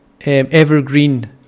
evergreen